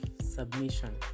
submission